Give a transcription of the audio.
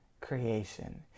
creation